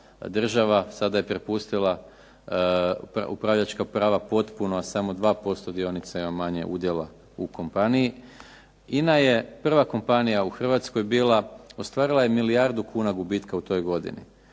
država. Sada je prepustila upravljačka prava potpuno, samo dva posto dionica ima manje udjela u kompaniji. INA je prva kompanija u Hrvatskoj bila. Ostvarila je milijardu kuna gubitka u toj godini.